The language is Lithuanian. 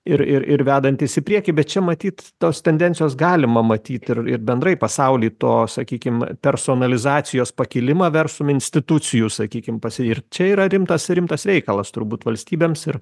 ir ir ir vedantys į priekį bet čia matyt tos tendencijos galima matyt ir ir bendrai pasauly to sakykim personalizacijos pakilimą verslo institucijų sakykim pas jį ir čia yra rimtas rimtas reikalas turbūt valstybėms ir